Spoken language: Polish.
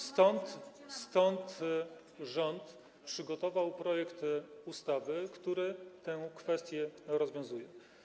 Stąd rząd przygotował projekt ustawy, który tę kwestię rozwiązuje.